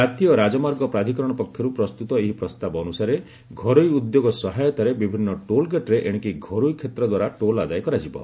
ଜାତୀୟ ରାଜମାର୍ଗ ପ୍ରାଧିକରଣ ପକ୍ଷରୁ ପ୍ରସ୍ତୁତ ଏହି ପ୍ରସ୍ତାବ ଅନୁସାରେ ଘରୋଇ ଉଦ୍ୟୋଗ ସହାୟତାରେ ବିଭିନ୍ନ ଟୋଲ୍ ଗେଟ୍ରେ ଏଣିକି ଘରୋଇ କ୍ଷେତ୍ର ଦ୍ୱାରା ଟୋଲ ଆଦାୟ କରାଯିବ